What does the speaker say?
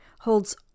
holds